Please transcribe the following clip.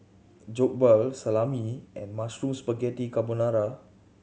Jokbal Salami and Mushroom Spaghetti Carbonara